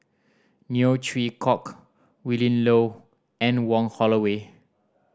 Neo Chwee Kok Willin Low Anne Wong Holloway